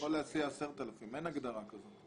הוא יכול להסיע 10,000. אין הגדרה כזאת.